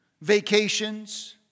vacations